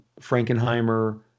Frankenheimer